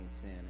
sin